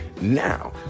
now